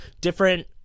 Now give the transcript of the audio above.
Different